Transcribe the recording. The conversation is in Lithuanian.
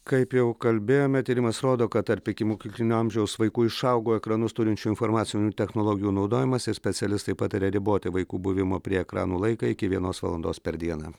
kaip jau kalbėjome tyrimas rodo kad tarp ikimokyklinio amžiaus vaikų išaugo ekranus turinčių informacinių technologijų naudojimas ir specialistai pataria riboti vaikų buvimo prie ekranų laiką iki vienos valandos per dieną